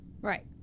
right